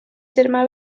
germà